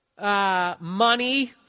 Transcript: money